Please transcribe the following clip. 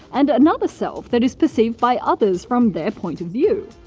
and another self that is perceived by others from their point of view.